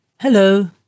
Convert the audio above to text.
Hello